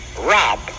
rob